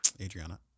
adriana